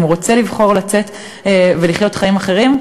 אם הוא רוצה לבחור לצאת ולחיות חיים אחרים,